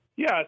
Yes